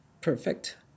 perfect